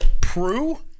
Prue